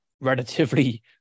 relatively